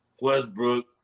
Westbrook